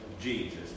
Jesus